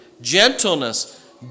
gentleness